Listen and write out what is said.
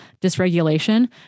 dysregulation